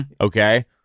Okay